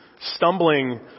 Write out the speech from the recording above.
stumbling